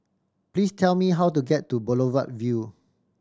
please tell me how to get to Boulevard Vue